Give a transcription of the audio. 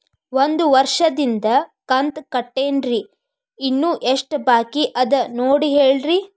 ಒಂದು ವರ್ಷದಿಂದ ಕಂತ ಕಟ್ಟೇನ್ರಿ ಇನ್ನು ಎಷ್ಟ ಬಾಕಿ ಅದ ನೋಡಿ ಹೇಳ್ರಿ